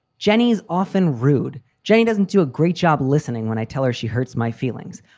jenny is often rude. jane doesn't do a great job listening. when i tell her she hurts my feelings,